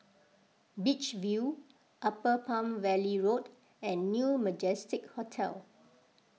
Beach View Upper Palm Valley Road and New Majestic Hotel